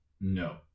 No